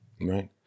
Right